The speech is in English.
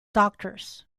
doctors